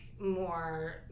more